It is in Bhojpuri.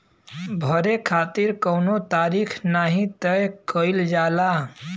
भरे खातिर कउनो तारीख नाही तय कईल जाला